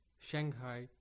Shanghai